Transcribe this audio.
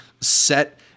set